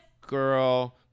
girl